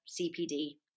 CPD